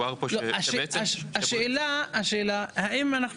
שהוער פה שאתה בעצם --- השאלה היא האם אנחנו